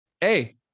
hey